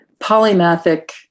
polymathic